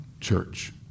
church